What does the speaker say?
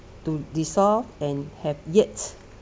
to dissolve and have yet